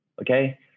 okay